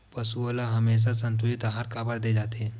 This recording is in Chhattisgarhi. पशुओं ल हमेशा संतुलित आहार काबर दे जाथे?